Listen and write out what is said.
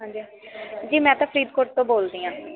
ਹਾਂਜੀ ਹਾਂ ਜੀ ਮੈਂ ਤਾਂ ਫਰੀਦਕੋਟ ਤੋਂ ਬੋਲਦੀ ਹਾਂ